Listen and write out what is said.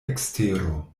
ekstero